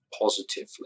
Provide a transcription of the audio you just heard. positively